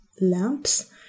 lamps